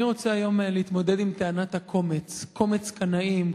אני רוצה היום להתמודד עם טענת ה"קומץ": קומץ קנאים,